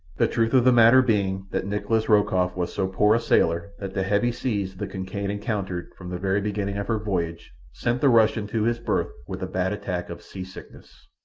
the truth of the matter being that nikolas rokoff was so poor a sailor that the heavy seas the kincaid encountered from the very beginning of her voyage sent the russian to his berth with a bad attack of sea-sickness.